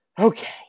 Okay